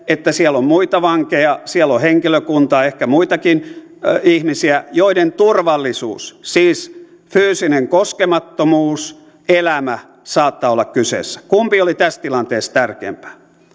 että siellä on muita vankeja siellä on henkilökuntaa ehkä muitakin ihmisiä joiden turvallisuus siis fyysinen koskemattomuus elämä saattaa olla kyseessä kumpi oli tässä tilanteessa tärkeämpää